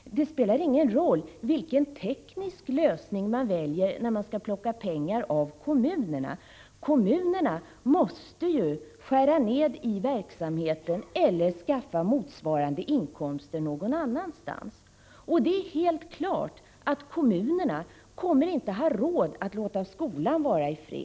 Det spelar ingen roll vilken teknisk lösning man väljer när man skall plocka pengar av kommunerna. Kommunerna måste skära ned verksamheten eller skaffa motsvarande inkomster någon annanstans. Och det är helt klart att kommunerna inte kommer att ha råd att låta skolan vara i fred.